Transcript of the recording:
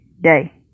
day